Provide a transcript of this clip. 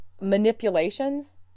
manipulations